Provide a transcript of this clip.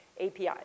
APIs